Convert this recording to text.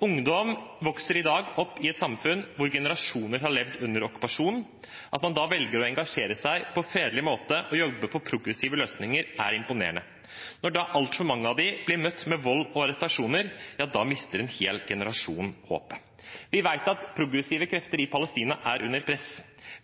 Ungdom vokser i dag opp i et samfunn hvor generasjoner har levd under okkupasjon. At man da velger å engasjere seg på fredelig måte og jobbe for progressive løsninger, er imponerende. Når da altfor mange av dem blir møtt med vold og arrestasjoner, mister en hel generasjon håpet. Vi vet at progressive krefter i Palestina er under press,